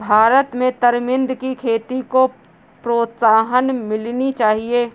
भारत में तरमिंद की खेती को प्रोत्साहन मिलनी चाहिए